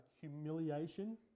humiliation